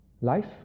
life